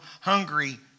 hungry